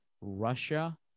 Russia